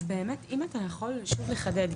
אז באמת אם אתה יכול שוב לחדד,